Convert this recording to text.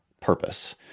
purpose